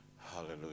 Hallelujah